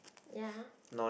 ya